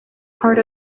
part